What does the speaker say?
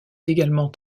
également